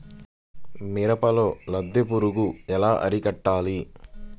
మిరపలో లద్దె పురుగు ఎలా అరికట్టాలి?